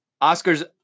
Oscar's